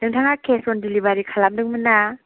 नोंथाङा cash on delivery खालामदोंमोनना